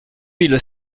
mille